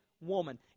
woman